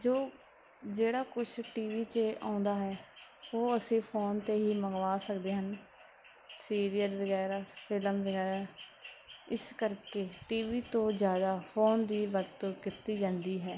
ਜੋ ਜਿਹੜਾ ਕੁਛ ਟੀਵੀ 'ਚ ਆਉਂਦਾ ਹੈ ਉਹ ਅਸੀਂ ਫੋਨ 'ਤੇ ਹੀ ਮੰਗਵਾ ਸਕਦੇ ਹਾਂ ਸੀਰੀਅਲ ਵਗੈਰਾ ਫਿਲਮ ਵਗੈਰਾ ਇਸ ਕਰਕੇ ਟੀਵੀ ਤੋਂ ਜ਼ਿਆਦਾ ਫੋਨ ਦੀ ਵਰਤੋਂ ਕੀਤੀ ਜਾਂਦੀ ਹੈ